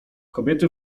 kobiety